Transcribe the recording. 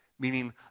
Meaning